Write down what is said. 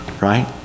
right